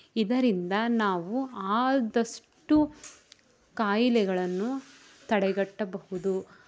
ಇದರಿಂದ ನಾವು ಆದಷ್ಟು ಕಾಯಿಲೆಗಳನ್ನು ತಡೆಗಟ್ಟಬಹುದು